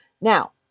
Now